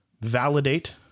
validate